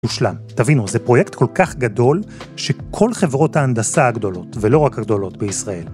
‫מושלם. תבינו, זה פרויקט כל כך גדול ‫שכל חברות ההנדסה הגדולות, ‫ולא רק הגדולות בישראל.